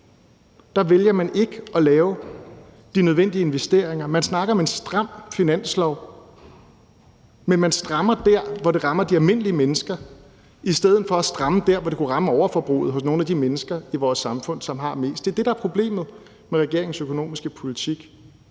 vælger man ikke at lave de nødvendige investeringer. Man snakker om en stram finanslov, men man strammer der, hvor det rammer de almindelige mennesker, i stedet for at stramme der, hvor det kunne ramme overforbruget hos nogle af de mennesker i vores samfund, som har mest. Det er det, der er problemet med regeringens økonomiske politik.